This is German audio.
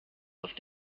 auf